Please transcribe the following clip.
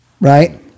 right